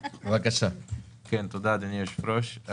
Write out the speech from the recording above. תודה, אדוני היושב-ראש.